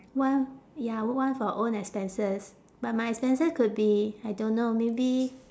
one ya one for own expenses but my expenses could be I don't know maybe